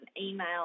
email